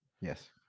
Yes